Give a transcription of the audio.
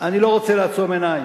אני לא רוצה לעצום עיניים,